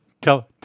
tell